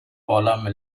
paula